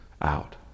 out